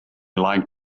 like